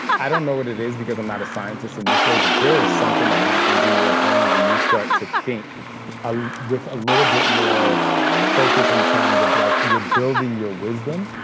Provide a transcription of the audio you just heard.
i don't know what it is, because i'm not a scientist in this way, but there is something that happens in your brain when you start to think ah with a little bit more focus in terms of, like you're building your wisdom.